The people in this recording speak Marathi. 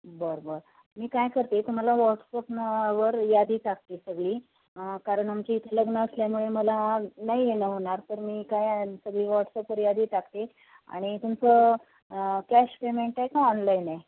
बरं बरं मी काय करते तुम्हाला व्हॉट्सअपवर यादी टाकते सगळी कारण आमचे इथं लग्न असल्यामुळे मला नाही येणं होणार तर मी काय सगळी व्हॉट्सअपवर यादी टाकते आणि तुमचं कॅश पेमेंट आहे का ऑनलाईन आहे